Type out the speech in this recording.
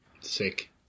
Sick